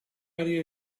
aria